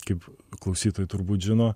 kaip klausytojai turbūt žino